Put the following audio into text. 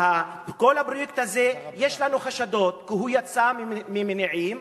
כל הפרויקט הזה, יש לנו חשדות שהוא יצא ממניעים